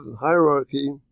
hierarchy